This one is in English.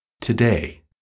today